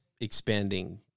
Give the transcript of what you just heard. expanding